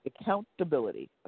Accountability